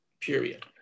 period